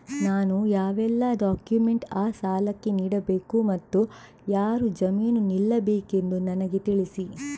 ನಾನು ಯಾವೆಲ್ಲ ಡಾಕ್ಯುಮೆಂಟ್ ಆ ಸಾಲಕ್ಕೆ ನೀಡಬೇಕು ಮತ್ತು ಯಾರು ಜಾಮೀನು ನಿಲ್ಲಬೇಕೆಂದು ನನಗೆ ತಿಳಿಸಿ?